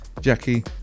Jackie